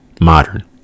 modern